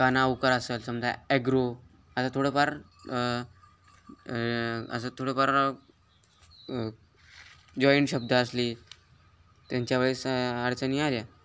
काना उकार असंल समजा ॲग्रो आता थोडंफार असं थोडंफार जॉईंट शब्द असली त्यांच्या वेळेस अडचणी आल्या